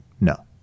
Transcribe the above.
no